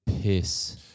piss